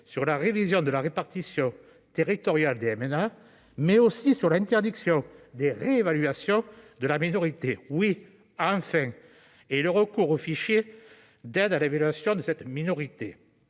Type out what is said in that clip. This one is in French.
sur la révision de la répartition territoriale des MNA, mais aussi sur l'interdiction des réévaluations de la minorité- oui, enfin ! -et sur le recours au fichier d'appui à l'évaluation de cette minorité